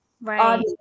right